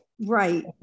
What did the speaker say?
right